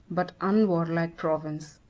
but unwarlike province.